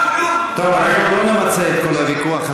טוב, לא נמצה את כל הוויכוח הזה.